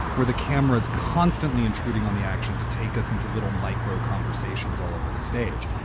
where the camera's constantly intruding on the action to take us into little micro conversations all over the stage.